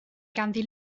ganddi